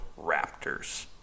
Raptors